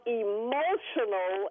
emotional